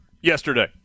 yesterday